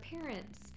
parents